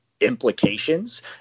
implications